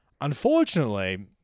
unfortunately